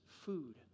food